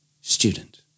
Student